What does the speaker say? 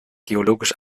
geologisch